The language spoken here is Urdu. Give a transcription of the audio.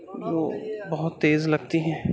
وہ بہت تیز لگتی ہیں